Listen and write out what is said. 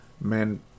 men